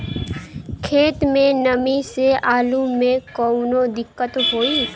खेत मे नमी स आलू मे कऊनो दिक्कत होई?